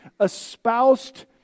espoused